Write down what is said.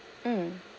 mm